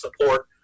support